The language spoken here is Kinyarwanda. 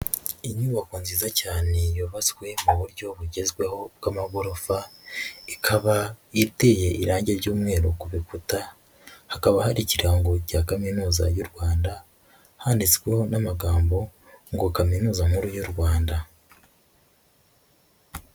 Inyubako nziza cyane, yubatswe mu buryo bugezweho bw'amagorofa, ikaba iteye irangi ry'umweru ku rukuta, hakaba hari ikirango cya Kaminuza y'u Rwanda handitsweho n'amagambo ngo "Kaminuza nkuru y'u Rwanda".